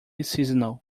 seasonal